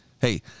hey